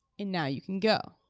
and now you can go.